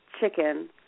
chicken